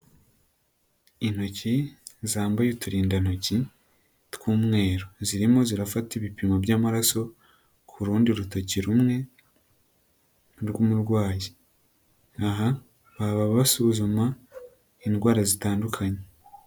Intoki zambaye uturindantoki tw'umweru, zirimo zirafata ibipimo by'amaraso ku rundi rutoki rumwe rw'umurwayi, aha baba basuzuma indwara zitandukanye.